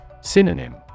Synonym